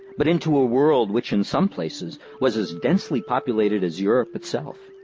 but into a world which in some places was as densely populated as europe itself,